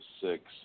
six